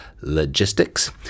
logistics